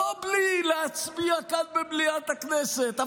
לא בלי להצביע כאן במליאת הכנסת,